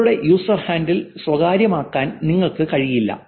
നിങ്ങളുടെ user handle സ്വകാര്യമാക്കാൻ നിങ്ങൾക്ക് കഴിയില്ല